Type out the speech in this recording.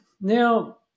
Now